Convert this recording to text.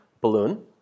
Balloon